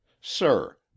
Sir